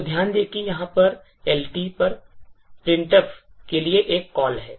तो ध्यान दें कि यहाँ पर LT पर printf के लिए एक कॉल है